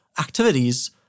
activities